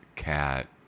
cat